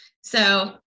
So-